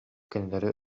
кинилэри